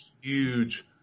huge